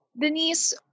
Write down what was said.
Denise